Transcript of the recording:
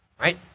right